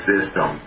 System